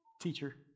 Teacher